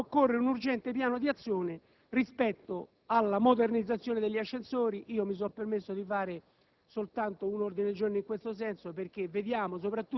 anche perché particolarmente costose, e un urgente piano di azione rispetto alla modernizzazione degli ascensori (mi sono permesso di